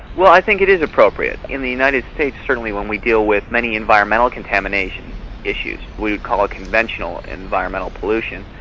well i think it is appropriate. in the united states certainly when we deal with many environmental contamination issues, we would call it conventional environmental pollution,